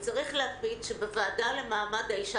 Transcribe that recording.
צריך להקפיד שבוועדה לענייני מעמד האישה,